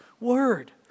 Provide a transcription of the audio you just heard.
word